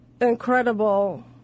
incredible